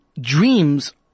dreams